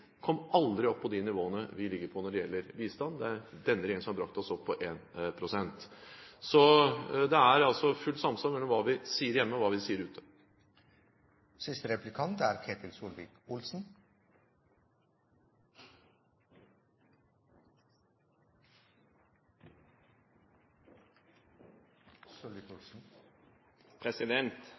kom aldri opp på de nivåene vi ligger på når det gjelder bistand. Det er denne regjeringen som har brakt oss opp på 1 pst. Så det er altså fullt samsvar mellom hva vi sier hjemme, og hva vi sier ute.